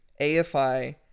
AFI